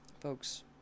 Folks